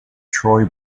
troy